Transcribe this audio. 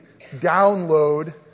download